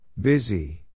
Busy